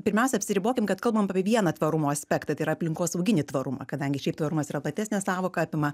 pirmiausia apsiribokim kad kalbam apie vieną tvarumo aspektą tai yra aplinkosauginį tvarumą kadangi šiaip tvarumas yra platesnė sąvoka apima